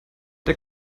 der